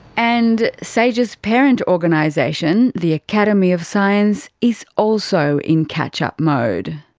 and sage's parent organisation, the academy of science, is also in catch-up mode.